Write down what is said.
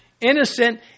Innocent